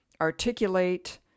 articulate